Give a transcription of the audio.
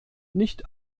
nicht